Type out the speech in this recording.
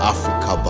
Africa